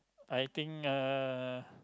I think uh